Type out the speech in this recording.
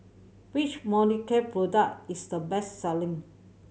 which Molicare product is the best selling